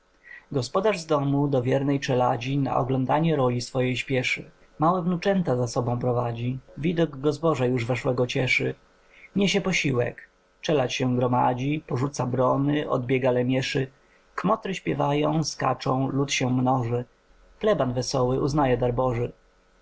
gospodarz z domu do wiernej czeladzi na oglądanie roli swojej śpieszy małe wnuczęta za sobą prowadzi widok go zboża już weszłego cieszy niesie posiłek czeladź się gromadzi porzuca brony odbiega lemieszy kmotry śpiewają skaczą lud się mnoży pleban wesoły uznaje dar